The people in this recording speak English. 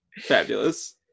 Fabulous